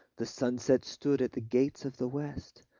the sunset stood at the gates of the west.